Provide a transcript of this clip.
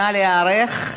נא להיערך.